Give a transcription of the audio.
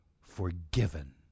forgiven